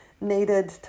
needed